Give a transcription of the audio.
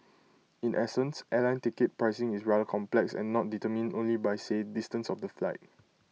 in essence airline ticket pricing is rather complex and not determined only by say distance of the flight